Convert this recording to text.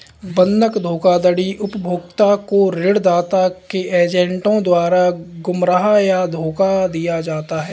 बंधक धोखाधड़ी उपभोक्ता को ऋणदाता के एजेंटों द्वारा गुमराह या धोखा दिया जाता है